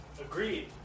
Agreed